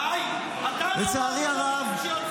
די, אתה לא מאמין למילים שיוצאות לך מהפה.